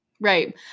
Right